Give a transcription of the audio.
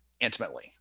intimately